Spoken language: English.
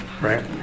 Right